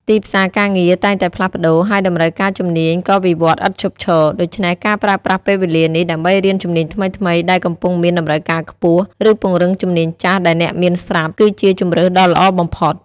ទីផ្សារការងារតែងតែផ្លាស់ប្តូរ ហើយតម្រូវការជំនាញក៏វិវត្តន៍ឥតឈប់ឈរ ដូច្នេះការប្រើប្រាស់ពេលវេលានេះដើម្បីរៀនជំនាញថ្មីៗដែលកំពុងមានតម្រូវការខ្ពស់ ឬពង្រឹងជំនាញចាស់ដែលអ្នកមានស្រាប់ គឺជាជម្រើសដ៏ល្អបំផុត។